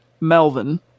Melvin